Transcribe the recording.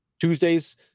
Tuesdays